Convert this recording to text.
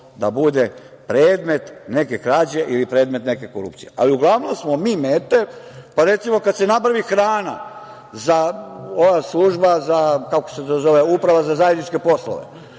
da bude predmet neke krađe, ili predmet neke korupcije. Uglavnom smo mi mete, recimo kad se nabavi hrana za, ova služba, kako se to zove, Uprava za zajedničke poslove,